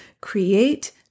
create